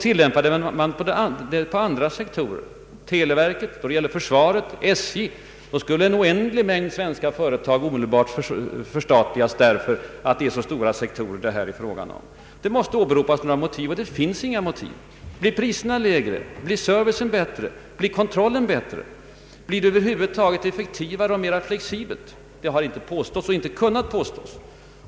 Tillämpar man det på andra sektorer — televerket, försvaret, SJ — skulle en oändlig mängd av svenska företag omedelbart förstatligas därför att de är leverantörer till de stora offentliga sektorer som dessa institutioner täcker. Det måste kunna åberopas andra motiv, men sådana finns inte. Blir priserna lägre, blir servicen bättre, blir kontrollen bättre? Blir det över huvud taget en effektivare och mera flexibel läkemedelsdistribution? Det har inte påståtts och inte kunnat påstås.